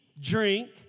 drink